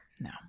No